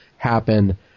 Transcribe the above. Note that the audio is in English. happen